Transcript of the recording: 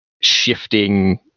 shifting